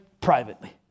privately